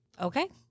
Okay